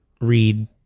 read